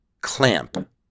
clamp